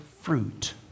fruit